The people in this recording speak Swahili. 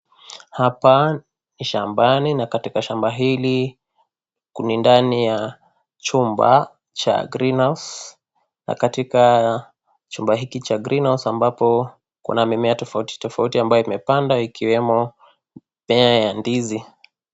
Apa ni shambani na katika shamba hili ni ndani ya chumba cha (CS)greenhouse(CS) na katika chumba hiki cha(CS)greenhouse(CS)ambapo kuna mimmea tofauti tofauti ambayo imepandwa ikiwemo mimea ya ndizi.